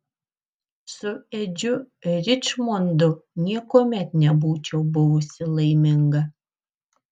su edžiu ričmondu niekuomet nebūčiau buvusi laiminga